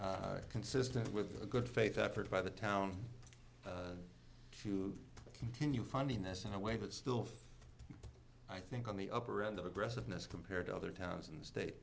consistent with a good faith effort by the town to continue funding this in a way but still i think on the upper end of aggressiveness compared to other towns in the